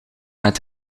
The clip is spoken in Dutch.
met